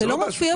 זה לא מופיע.